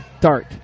Dark